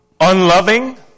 unloving